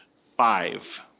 Five